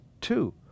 Two